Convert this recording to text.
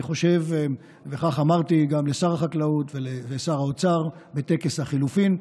וכך אמרתי גם לשר החקלאות ולשר האוצר בטקס החילופין,